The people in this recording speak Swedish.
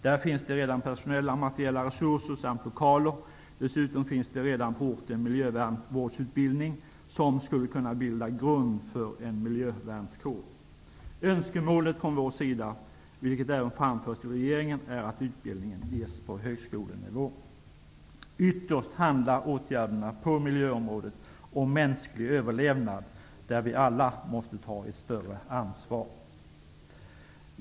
Där finns det redan personella och materiella resurser samt lokaler. Dessutom finns det redan på orten miljövårdsutbildning, som skulle kunna bilda grund för en miljövärnskår. Önskemålet från vår sida, vilket även framförts till regeringen, är att utbildningen ges på högskolenivå. Ytterst handlar åtgärderna på miljöområdet om mänsklig överlevnad, där vi alla måste ta ett större ansvar.